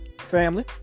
family